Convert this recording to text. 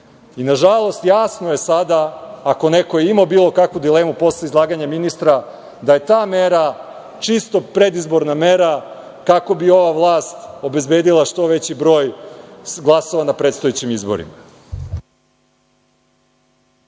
kontekst i jasno je sada, ako je neko imao bilo kakvu dilemu posle izlaganja ministra da je ta mera čisto predizborna mera, kako bi ova vlast obezbedila što veći broj glasova na predstojećim izborima.